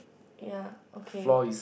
ya okay